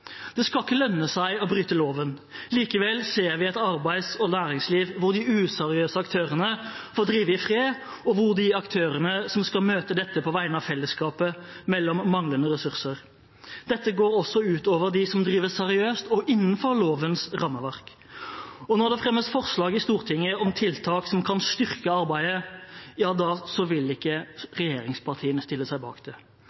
Det skal ikke lønne seg å bryte loven. Likevel ser vi et arbeids- og næringsliv hvor de useriøse aktørene får drive i fred, og hvor de aktørene som skal møte dette på vegne av fellesskapet, melder om manglende ressurser. Dette går også ut over dem som driver seriøst og innenfor lovens rammeverk. Og når det fremmes forslag i Stortinget om tiltak som kan styrke arbeidet, vil ikke regjeringspartiene stille seg bak det.